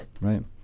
right